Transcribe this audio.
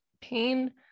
pain